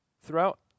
Throughout